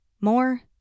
more